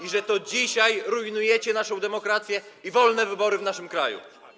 i że to dzisiaj rujnujecie naszą demokrację i wolne wybory w naszym kraju.